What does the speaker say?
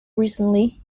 recently